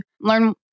learn